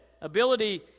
ability